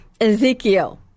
Ezekiel